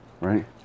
right